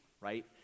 right